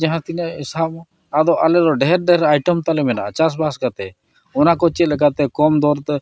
ᱡᱟᱦᱟᱸ ᱛᱤᱱᱟᱹᱜ ᱥᱟᱦᱚᱵᱼᱟ ᱟᱫᱚ ᱟᱞᱮ ᱫᱚ ᱰᱷᱮᱨᱼᱰᱷᱮᱨ ᱛᱟᱞᱮ ᱢᱮᱱᱟᱜᱼᱟ ᱪᱟᱥᱵᱟᱥ ᱠᱟᱛᱮᱫ ᱚᱱᱟ ᱠᱚ ᱪᱮᱫ ᱞᱮᱠᱟᱛᱮ ᱠᱚᱢ ᱫᱚᱨᱛᱮ